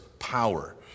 power